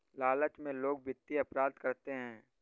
लालच में लोग वित्तीय अपराध करते हैं